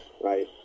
Right